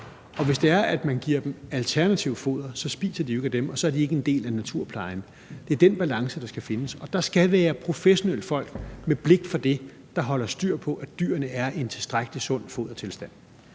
Og hvis det er, at man giver dem alternativt foder, så spiser de jo ikke af dem, og så er de ikke en del af naturplejen. Det er den balance, der skal findes, og der skal være professionelle folk med blik for dét, der holder styr på, at dyrene er i en tilstrækkelig sund fodertilstand.